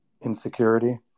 insecurity